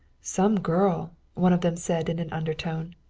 some girl! one of them said in an undertone.